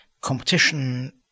competition